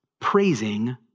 praising